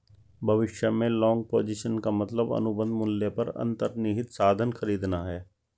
भविष्य में long position का मतलब अनुबंध मूल्य पर अंतर्निहित साधन खरीदना है